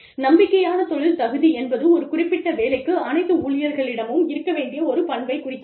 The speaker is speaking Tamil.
நம்பிக்கையான தொழில் தகுதி என்பது ஒரு குறிப்பிட்ட வேலைக்கு அனைத்து ஊழியர்களிடமும் இருக்க வேண்டிய ஒரு பண்பைக் குறிக்கிறது